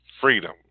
freedom